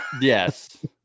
Yes